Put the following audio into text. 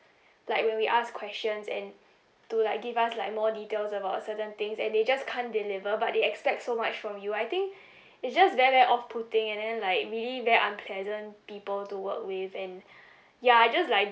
like when we ask questions and to like give us like more details about certain things and they just can't deliver but they expect so much from you I think it's just very very off putting and then like really very unpleasant people to work with and ya I just like